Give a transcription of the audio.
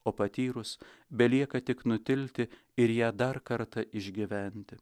o patyrus belieka tik nutilti ir ją dar kartą išgyventi